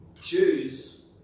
choose